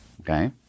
Okay